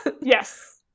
Yes